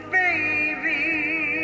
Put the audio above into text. baby